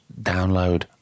download